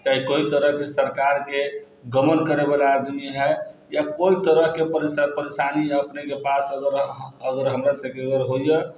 चाहे कोइ तरह सरकारके गबन करैवला आदमी है या कोइ तरहके परेशानी है अपनेके पास अगर अगर हमरासँ केवल होइ यऽ